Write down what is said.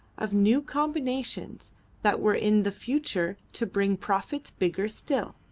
of new combinations that were in the future to bring profits bigger still.